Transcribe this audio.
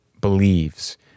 believes